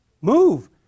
move